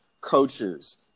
coaches